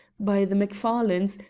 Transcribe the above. by the macfarlanes,